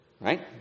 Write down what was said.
Right